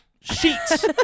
sheets